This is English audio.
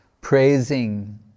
praising